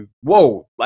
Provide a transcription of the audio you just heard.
whoa